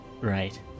Right